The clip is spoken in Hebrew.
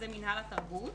זה מינהל התרבות.